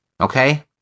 Okay